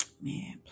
man